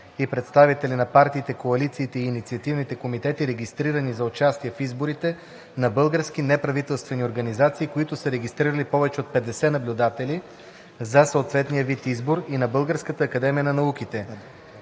и представители на партиите, коалициите и инициативните комитети, регистрирани за участие в изборите, на български неправителствени организации, които са регистрирали повече от 50 наблюдатели за съответния вид избор, и на Българската академия на науките,